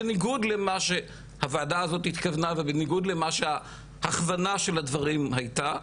בניגוד למה שהוועדה הזו התכוונה ובניגוד למה שההכוונה של הדברים הייתה.